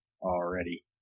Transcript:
already